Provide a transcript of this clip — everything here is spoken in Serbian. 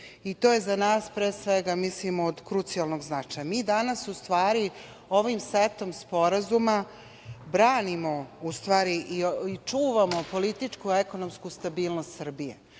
i to je za nas, pre svega, mislimo od krucijalnog značaja. Mi danas u stvari ovim setom sporazuma branimo u stvari i čuvamo političku, ekonomsku stabilnost Srbije.